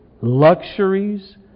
luxuries